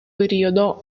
periodo